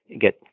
get